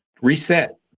reset